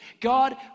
God